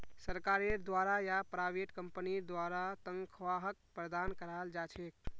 सरकारेर द्वारा या प्राइवेट कम्पनीर द्वारा तन्ख्वाहक प्रदान कराल जा छेक